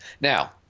Now